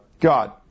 God